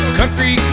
country